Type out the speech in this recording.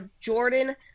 Jordan